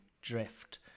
drift